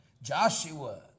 Joshua